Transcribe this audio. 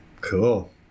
Cool